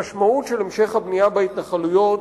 המשמעות של המשך הבנייה בהתנחלויות